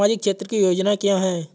सामाजिक क्षेत्र की योजनाएँ क्या हैं?